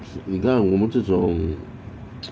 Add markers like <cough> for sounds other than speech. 你看我们这种 <noise>